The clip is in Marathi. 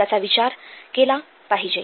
याचा विचार केला पाहिजे